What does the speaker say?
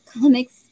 comics